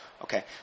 Okay